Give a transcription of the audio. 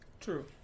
True